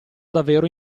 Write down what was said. davvero